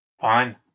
Fine